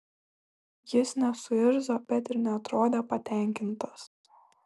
jis nesuirzo bet ir neatrodė patenkintas